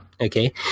Okay